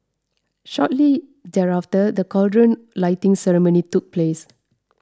shortly thereafter the cauldron lighting ceremony took place